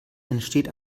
entsteht